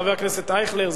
חבר הכנסת אייכלר,